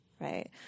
right